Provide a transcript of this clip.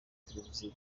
televiziyo